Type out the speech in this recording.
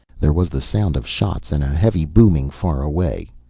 there was the sound of shots and a heavy booming far away.